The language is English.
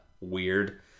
weird